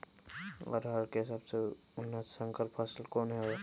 अरहर के सबसे उन्नत संकर फसल कौन हव?